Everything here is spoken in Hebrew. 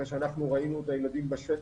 אחרי שאנחנו ראינו את הילדים בשטח,